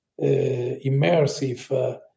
immersive